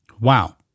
Wow